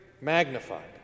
magnified